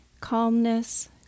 Calmness